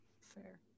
Fair